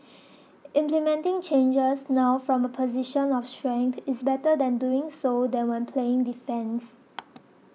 implementing changes now from a position of strength is better than doing so than when playing defence